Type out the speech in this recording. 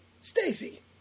Stacy